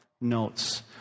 notes